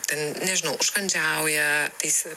ten nežinau užkandžiauja tais